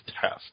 test